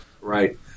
Right